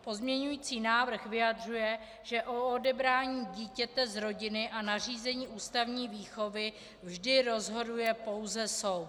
Pozměňující návrh vyjadřuje, že o odebrání dítěte z rodiny a nařízení ústavní výchovy vždy rozhoduje pouze soud.